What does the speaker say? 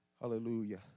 Hallelujah